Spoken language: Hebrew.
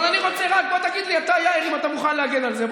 אבל רק תגיד לי, יאיר, אם אתה מוכן להגן על זה.